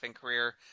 career